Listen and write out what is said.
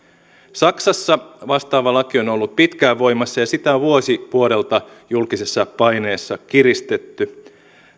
saksassa vastaava laki on on ollut pitkään voimassa ja sitä on vuosi vuodelta julkisessa paineessa kiristetty